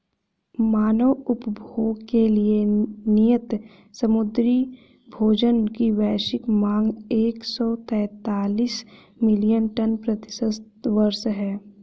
मानव उपभोग के लिए नियत समुद्री भोजन की वैश्विक मांग एक सौ तैंतालीस मिलियन टन प्रति वर्ष है